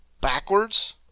backwards